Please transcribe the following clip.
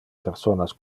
personas